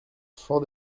fort